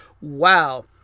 wow